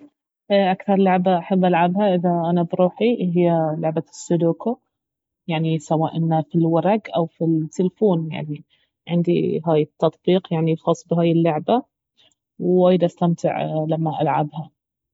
اكثر لعبة احب العبها اذا انا بروحي اهي لعبة السودوكو يعني سواء انه في الورق او في التلفون يعني عندي هاي التطبيق يعني الخاص بهاي اللعبة ووايد استمتع لما العبها